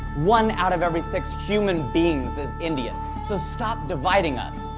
one out of every six human beings is indian, so stop dividing us.